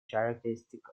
characteristic